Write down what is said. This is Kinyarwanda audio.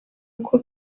uko